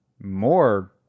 more